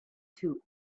two